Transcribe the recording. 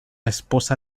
esposa